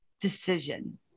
decision